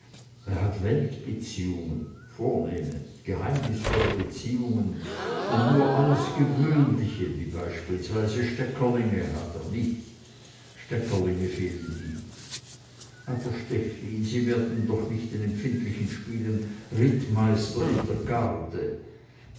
er hat weltbeziehungen vornehme geheimnisvolle beziehungen und nur alles gewöhnliche wie beispielsweise steckerlinge hat er nicht steckerlinge fehlen ihm aber stechlin sie werden doch nicht den empfindlichen spielen rittmeister in der garde